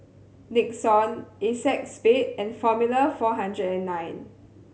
Nixon Acexspade and Formula Four Hundred And Nine